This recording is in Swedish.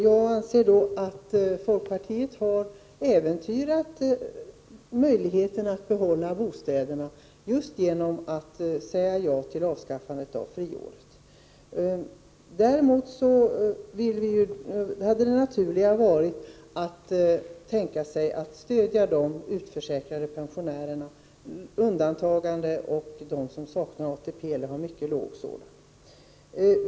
Jag anser att folkpartiet har äventyrat möjligheten för pensionärerna att behålla bostäderna just genom att säga ja till avskaffandet av friåret. Det naturliga hade varit att stödja de utförsäkrade pensionärerna, pensionärerna med undantagande från ATP, pensionärerna som saknar ATP eller har mycket låg sådan.